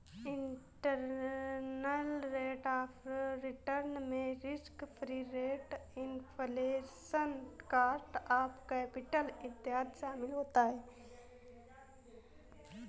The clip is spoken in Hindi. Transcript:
इंटरनल रेट ऑफ रिटर्न में risk free rate, inflation, cost of capital इत्यादि शामिल होता है